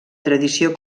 tradició